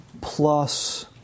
plus